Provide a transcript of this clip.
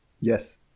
yes